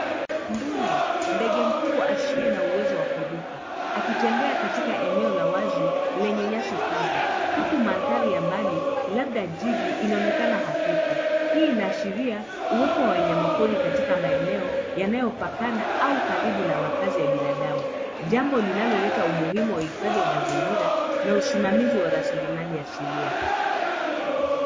Mbuni, ndege mkubwa asiye na uwezo wa kuruka. Akitembea katika eneo la wazi lenye nyasi kavu huku mandhari ya mbali labda jiji inaonekana hafifu. Hii inaashiria uwepo wa wanyamapori katika maeneo yanayopakana au karibu na makazi ya binadamu. Jambo linaloleta umuhimu wa uhifadhi wa mazingira na usimamizi wa rasilimali asilia.